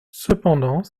cependant